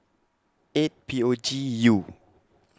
eight P O G I U